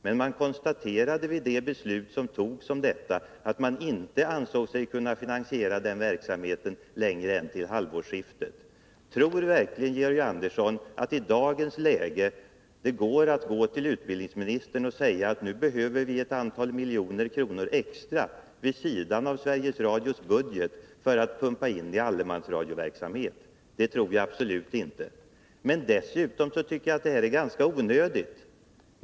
Men då beslutet om detta togs, konstaterades att lokalradion inte ansåg sig kunna finansiera den verksamheten längre än till halvårsskiftet. Tror verkligen Georg Andersson att det i dagens läge är lönt att gå till utbildningsministern och säga att vi behöver ett antal miljoner kronor extra, vid sidan av Sveriges Radios budget, för att pumpa in i allemansradioverksamheten? Det tror jag absolut inte! Dessutom tycker jag att den försöksverksamhet ni föreslår är ganska onödig.